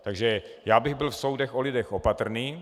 Takže bych byl v soudech o lidech opatrný.